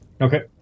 Okay